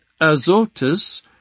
Azotus